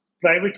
private